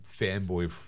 fanboy